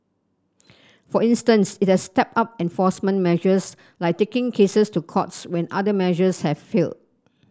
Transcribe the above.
for instance it has stepped up enforcement measures like taking cases to courts when other measures have failed